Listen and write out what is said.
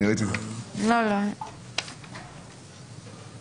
הגשתי את זה גם בשם הציונות הדתית.